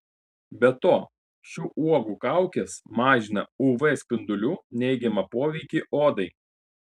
be to šių uogų kaukės mažina uv spindulių neigiamą poveikį odai